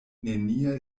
neniel